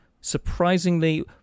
surprisingly